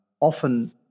often